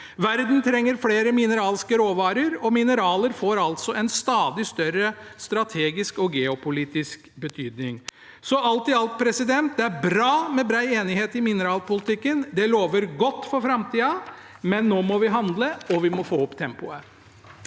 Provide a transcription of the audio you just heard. Verden trenger flere mineralske råvarer, og mineraler får altså en stadig større strategisk og geopolitisk betydning. Så alt i alt: Det er bra med bred enighet i mineralpolitikken. Det lover godt for framtida, men nå må vi handle, og vi må få opp tempoet.